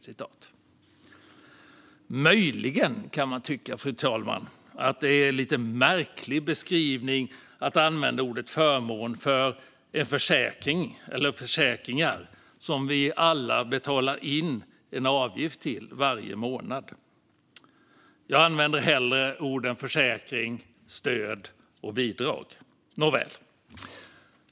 Möjligen kan man tycka att det är lite märkligt att använda ordet förmån för försäkringar som vi alla betalar in avgifter till varje månad. Jag använder hellre orden "försäkring, "stöd" och "bidrag".